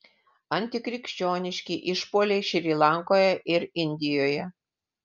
antikrikščioniški išpuoliai šri lankoje ir indijoje